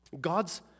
god's